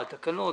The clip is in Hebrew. בתקנות,